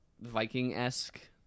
Viking-esque